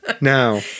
Now